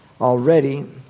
already